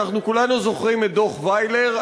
אנחנו כולנו זוכרים את דוח זיילר,